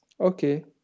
Okay